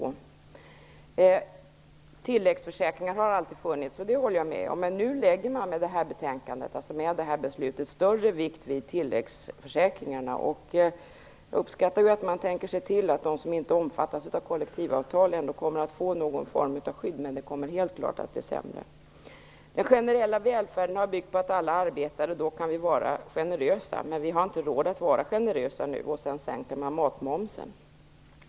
Jag håller med om att tilläggsförsäkringar alltid har funnits, men man lägger med det här betänkandet och detta beslut större vikt vid dessa försäkringar. Jag uppskattar att man tänker se till att de som inte omfattas av kollektivavtal ändå skall få någon form av skydd, men det kommer helt klart att bli sämre. Den generella välfärden har byggt på att alla arbetar, och då kan man vara generös. Men nu har man inte råd att vara generös, och därför sänker man matmomsen.